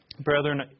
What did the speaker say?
Brethren